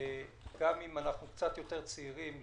גם אם אנחנו קצת יותר צעירים,